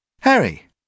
Harry